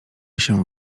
się